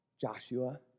Joshua